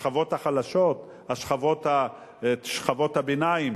השכבות החלשות, שכבות הביניים.